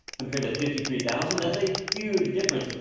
compared to fifty three thousand, that's a huge difference.